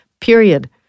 period